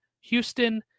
Houston